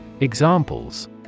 Examples